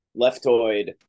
leftoid